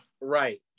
right